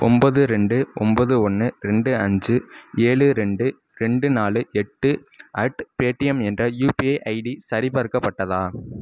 ஒம்பது ரெண்டு ஒம்பது ஒன்று ரெண்டு அஞ்சு ஏழு ரெண்டு ரெண்டு நாலு எட்டு அட் பேடியம் என்ற யூபிஐ ஐடி சரிபார்க்கப்பட்டதா